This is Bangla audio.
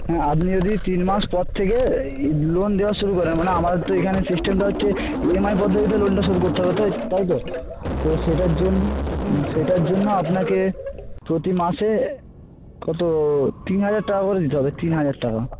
হ্যাঁ আপনি যদি তিন মাস পর থেকে লোন দেওয়া শুরু করেন মানে আমাদের তো এখানে সিস্টেমটা হচ্ছে ই এম আই পদ্ধতিতে লোনটা শোধ করতে হবে তো তাই তো তো সেটার জন্য সেটার জন্য আপনাকে প্রতি মাসে কত তিন হাজার টাকা করে দিতে হবে তিন হাজার টাকা